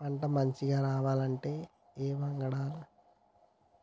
పంట మంచిగ రావాలంటే ఏ